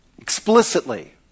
explicitly